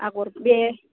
आगर बे